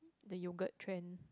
the yogurt trend